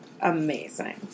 amazing